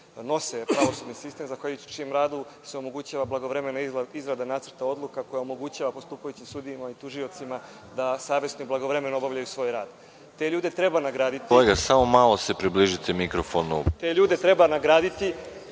nose pravosudni sistem, zahvaljujući čijem radu se omogućava blagovremeno izrada nacrta odluka koja omogućava postupajućim sudijama i tužiocima da savesno i blagovremeno obavljaju taj rad. Te ljude treba nagraditi…